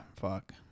Fuck